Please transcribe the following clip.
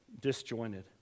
disjointed